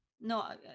no